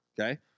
okay